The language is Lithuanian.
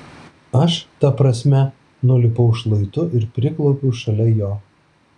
aš ta prasme nulipau šlaitu ir priklaupiau šalia jo